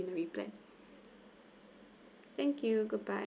itinerary plan thank you goodbye